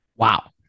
Wow